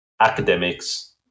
academics